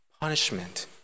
punishment